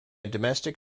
domestic